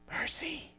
Mercy